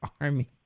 Army